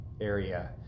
area